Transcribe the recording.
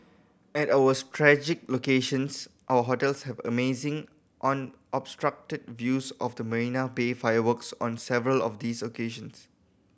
at our strategic locations our hotels have amazing unobstructed views of the Marina Bay fireworks on several of these occasions